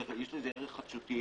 יש לזה ערך חדשותי.